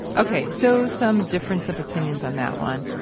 okay, so some difference of opinions on that one.